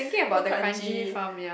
go Kranji